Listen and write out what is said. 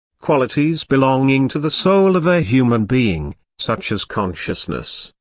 qualities belonging to the soul of a human being, such as consciousness,